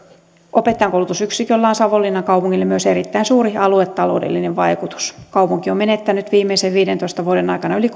opettajankoulutusyksiköllä on savonlinnan kaupungille myös erittäin suuri aluetaloudellinen vaikutus kaupunki on menettänyt viimeisten viidentoista vuoden aikana yli